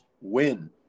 win